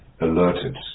alerted